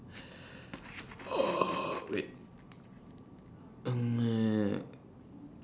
wait mm